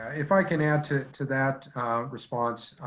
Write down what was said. if i can add to to that response.